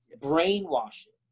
brainwashing